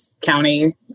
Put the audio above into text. county